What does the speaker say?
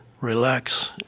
relax